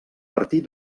partir